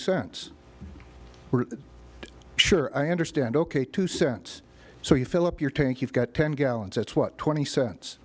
cents sure i understand ok two cents so you fill up your tank you've got ten gallons that's what twenty cents